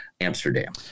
Amsterdam